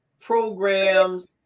programs